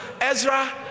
Ezra